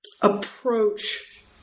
approach